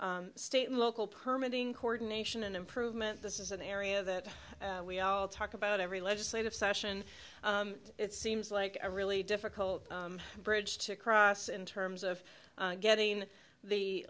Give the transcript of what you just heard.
can state and local permit in coordination and improvement this is an area that we all talk about every legislative session it seems like a really difficult bridge to cross in terms of getting the